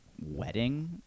wedding